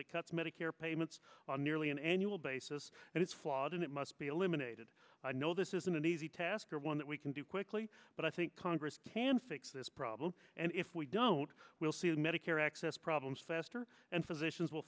that cuts medicare payments on nearly an annual basis and it's flawed and it must be eliminated i know this isn't an easy task or one that we can do quickly but i think congress can fix this problem and if we don't we'll see medicare access problems faster and physicians will